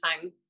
time